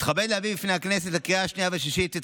אני מתכבד להביא בפני הכנסת לקריאה השנייה והשלישית את